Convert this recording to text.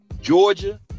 Georgia